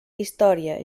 història